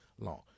Long